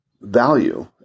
value